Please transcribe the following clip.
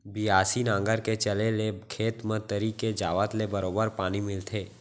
बियासी नांगर के चले ले खेत म तरी के जावत ले बरोबर पानी मिलथे